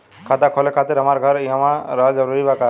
खाता खोले खातिर हमार घर इहवा रहल जरूरी बा का?